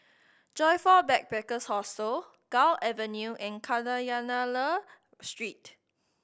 Joyfor Backpackers' Hostel Gul Avenue and Kadayanallur Street